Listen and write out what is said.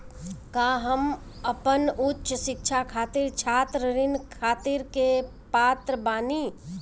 का हम अपन उच्च शिक्षा खातिर छात्र ऋण खातिर के पात्र बानी?